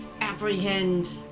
apprehend